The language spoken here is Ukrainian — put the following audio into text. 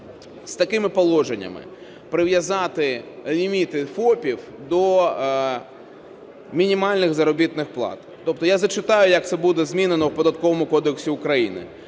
з такими положеннями: прив'язати ліміти ФОПів до мінімальних заробітних плат. Тобто я зачитаю, як це буде змінено в Податковому кодексі України.